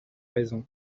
raison